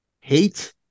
hate